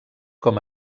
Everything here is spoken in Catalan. com